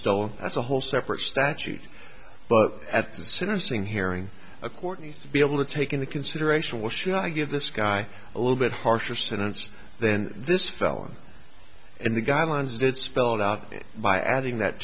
stolen that's a whole separate statute but at the sentencing hearing a court needs to be able to take into consideration what should i give this guy a little bit harsher sentence then this felon and the guidelines that spelled out by adding that